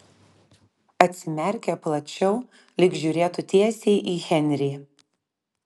atsimerkė plačiau lyg žiūrėtų tiesiai į henrį